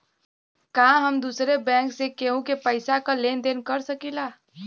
का हम दूसरे बैंक से केहू के पैसा क लेन देन कर सकिला?